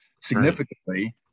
significantly